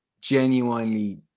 genuinely